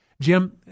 Jim